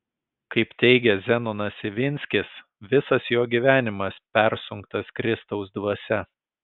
kaip teigia zenonas ivinskis visas jo gyvenimas persunktas kristaus dvasia